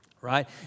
right